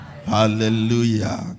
hallelujah